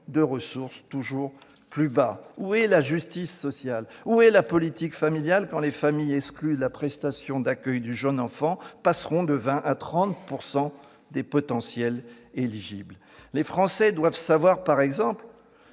de ressources toujours plus bas. Où est la justice sociale ? Où est la politique familiale, quand les familles exclues de la prestation d'accueil du jeune enfant passeront de 20 % à 30 % des potentielles éligibles ? Les Français doivent savoir, par exemple,